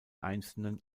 einzelnen